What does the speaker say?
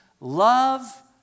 love